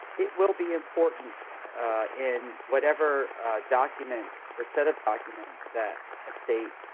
it will be important in whatever document or set of documents that a state